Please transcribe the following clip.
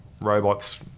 robots